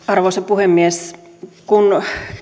arvoisa puhemies kun